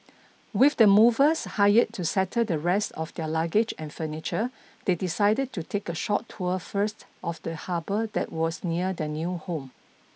with the movers hired to settle the rest of their luggage and furniture they decided to take a short tour first of the harbor that was near their new home